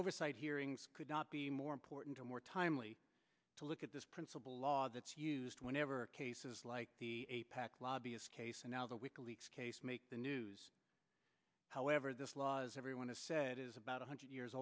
oversight hearings could not be more important or more timely to look at this principle law that's used whenever cases like a pack lobbyist case and now the wiki leaks case make the news however this law's everyone has said is about one hundred years